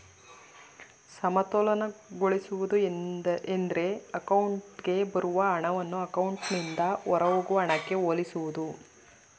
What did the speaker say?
ಸಮತೋಲನಗೊಳಿಸುವುದು ಎಂದ್ರೆ ಅಕೌಂಟ್ಗೆ ಬರುವ ಹಣವನ್ನ ಅಕೌಂಟ್ನಿಂದ ಹೊರಹೋಗುವ ಹಣಕ್ಕೆ ಹೋಲಿಸುವುದು